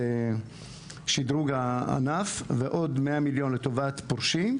שדרוג הענף ועוד 100 מיליון לטובת פורשים.